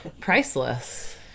priceless